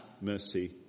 mercy